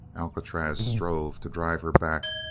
alcatraz strove to drive her back,